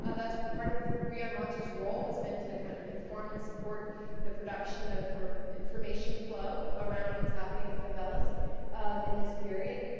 ah that's part of rioonwatch's role, has been to kind of inform and support the production, or information flow, around what's happening in favelas in this period.